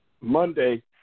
Monday